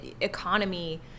economy